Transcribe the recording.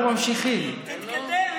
אנחנו רוצים את התשובה שלך.